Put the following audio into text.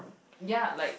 ya like